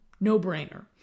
no-brainer